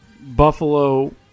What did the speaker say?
Buffalo